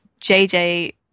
JJ